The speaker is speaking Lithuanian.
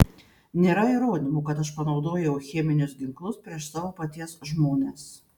nėra įrodymų kad aš panaudojau cheminius ginklus prieš savo paties žmones